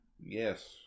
Yes